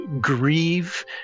grieve